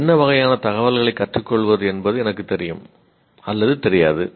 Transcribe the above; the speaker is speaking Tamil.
என்ன வகையான தகவல்களைக் கற்றுக்கொள்வது என்பது எனக்குத் தெரியும் அல்லது தெரியாது